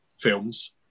films